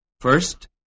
First